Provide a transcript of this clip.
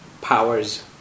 powers